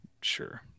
Sure